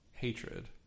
hatred